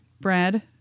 Brad